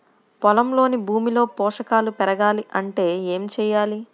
పొలంలోని భూమిలో పోషకాలు పెరగాలి అంటే ఏం చేయాలి?